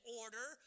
order